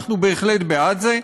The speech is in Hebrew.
אנחנו בהחלט בעד זה.